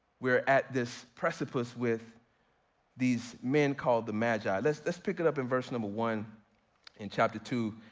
we're at this precipice with these men called the magi. let's, let's pick it up in verse number one in chapter two,